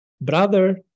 brother